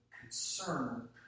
concern